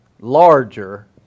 larger